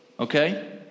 Okay